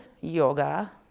yoga